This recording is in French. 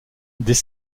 des